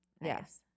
Yes